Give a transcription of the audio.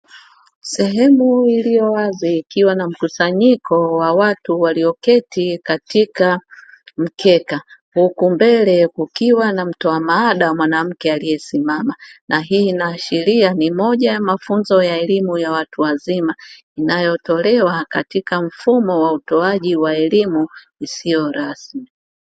Sehemu iliyo wazi ikiwa na mkusanyiko wa watu walioketi katika mkeka. Huku mbele kukiwa na mtoa mada mwanamke aliyesimama. Na hii inaashiria ni moja ya mafunzo ya elimu ya watu wazima inayotolewa katika mfumo wa utoaji wa elimu isiyo rasmi.